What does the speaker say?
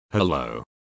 Hello